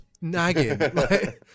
nagging